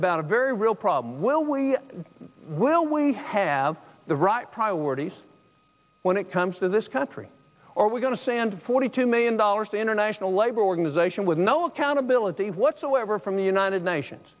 about very real problem will we will we have the right priorities when it comes to this country or are we going to say and forty two million dollars the international labor organization with no accountability whatsoever from the united nations